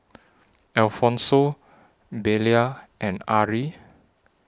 Alfonso Belia and Arrie